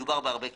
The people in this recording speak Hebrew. מדובר בהרבה כסף,